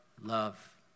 love